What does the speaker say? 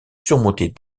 surmontés